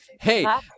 Hey